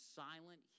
silent